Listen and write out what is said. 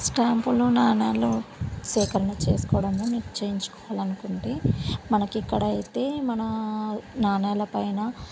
స్టాంపులు నాణ్యాలు సేకరణ చేసుకోవడంలో నిశ్చయించుకోవాలి అనుకుంటే మనకి ఇక్కడ అయితే మన నాణ్యాల పైన